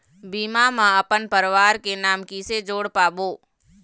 बीमा म अपन परवार के नाम किसे जोड़ पाबो?